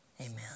Amen